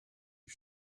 die